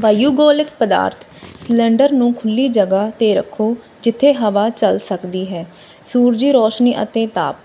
ਵਾਯੂਗੋਲਕ ਪਦਾਰਥ ਸਿਲੰਡਰ ਨੂੰ ਖੁੱਲ੍ਹੀ ਜਗ੍ਹਾ 'ਤੇ ਰੱਖੋ ਜਿੱਥੇ ਹਵਾ ਚੱਲ ਸਕਦੀ ਹੈ ਸੂਰਜੀ ਰੌਸ਼ਨੀ ਅਤੇ ਤਾਪ